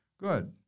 Good